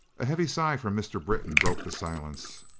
a heavy sigh from mr. britton broke the silence.